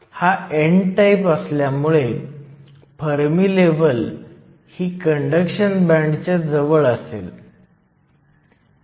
म्हणून जेव्हा आपण शॉटकी डायोड किंवा शॉटकी जंक्शन पाहतो तेव्हा डिप्लीशन ही संकल्पना आपण आधी पाहिली आहे